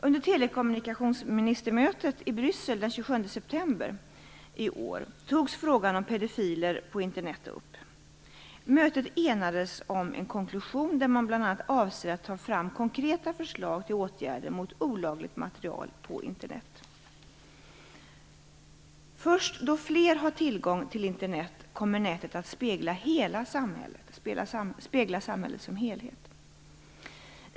Under telekommunikationsministermötet i Bryssel den 27 september i år togs frågan om pedofiler på Internet upp. Mötet enades om en konklusion där man bl.a. avser att ta fram konkreta förslag till åtgärder mot olagligt material på Först då fler har tillgång till Internet kommer nätet att spegla samhället som helhet.